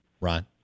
Ron